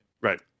right